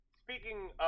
Speaking